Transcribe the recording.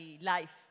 life